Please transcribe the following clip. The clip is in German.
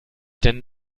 denn